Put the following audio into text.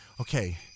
okay